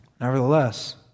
Nevertheless